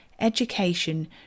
education